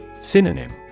Synonym